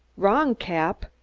wrong, cap,